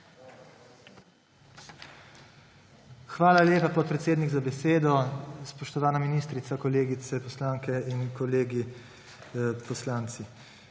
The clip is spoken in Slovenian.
Hvala lepa, podpredsednik, za besedo. Spoštovana ministrica, kolegice poslanke in kolegi poslanci!